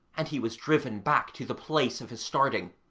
and he was driven back to the place of his starting,